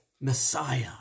Messiah